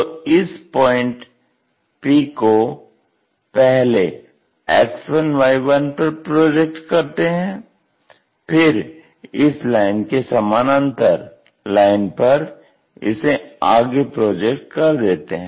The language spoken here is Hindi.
तो इस पॉइंट p को पहले X1Y1 पर प्रोजेक्ट करते हैं फिर इस लाइन के समानांतर लाइन पर इसे आगे प्रोजेक्ट कर देते हैं